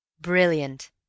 Brilliant